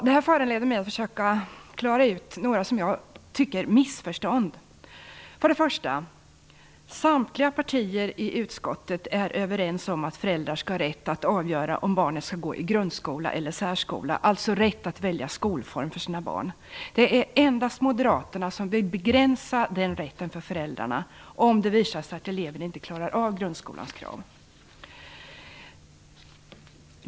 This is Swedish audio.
Det här föranleder mig att försöka klara ut några missförstånd. För det första är samtliga partier i utskottet överens om att föräldrar skall ha rätt att avgöra om barnet skall gå i grundskola eller särskola, dvs. rätt att välja skolform för sina barn. Det är endast Moderaterna som vill begränsa den rätten för föräldrarna om det visar sig att eleven inte klarar av grundskolans krav.